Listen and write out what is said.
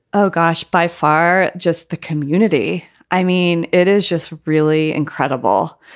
oh, gosh. by far just the community. i mean, it is just really incredible.